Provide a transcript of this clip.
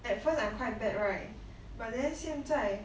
at first I quite bad right but then 现在